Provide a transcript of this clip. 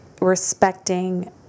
respecting